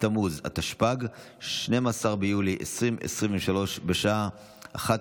התשפ"ג 2023, התקבלה בקריאה